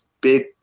big